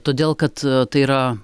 todėl kad tai yra